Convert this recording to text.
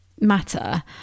matter